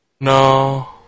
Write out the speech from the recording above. No